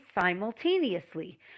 simultaneously